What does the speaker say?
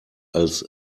als